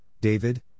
David